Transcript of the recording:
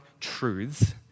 truths